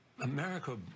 America